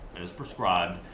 as prescribed,